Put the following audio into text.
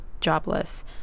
jobless